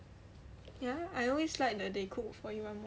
ya I always like that they cook for you one eh